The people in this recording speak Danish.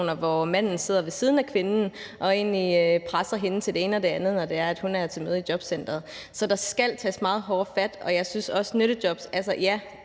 hvor manden sidder ved siden af kvinden og egentlig presser hende til det ene og det andet, når hun er til møde i jobcenteret. Så der skal tages meget hårdere fat. I forhold til nyttejob